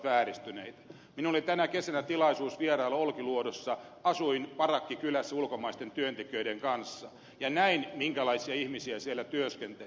minulla oli tänä kesänä tilaisuus vierailla olkiluodossa asuinparakkikylässä ulkomaisten työntekijöiden kanssa ja näin minkälaisia ihmisiä siellä työskenteli